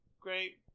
great